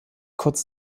kurz